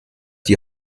die